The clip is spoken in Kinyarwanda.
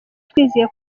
twizeye